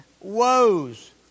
woes